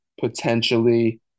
potentially